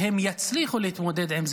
והן יצליחו להתמודד עם זה,